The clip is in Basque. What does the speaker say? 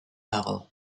dago